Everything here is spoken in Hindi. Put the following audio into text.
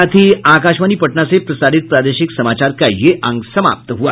इसके साथ ही आकाशवाणी पटना से प्रसारित प्रादेशिक समाचार का ये अंक समाप्त हुआ